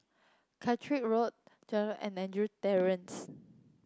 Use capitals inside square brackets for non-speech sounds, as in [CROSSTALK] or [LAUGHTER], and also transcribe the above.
Caterick Road Jalan and Andrew [UNINTELLIGIBLE]